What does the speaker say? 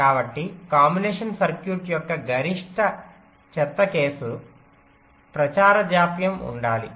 కాబట్టి combination circuit యొక్క గరిష్ట చెత్త కేసు ప్రచారం జాప్యం ఉండాలి